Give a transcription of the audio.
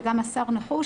וגם השר נחוש,